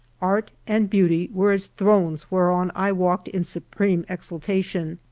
art and beauty were as thrones whereon i walked in supreme exaltation.